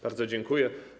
Bardzo dziękuję.